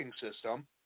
system